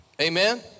Amen